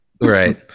Right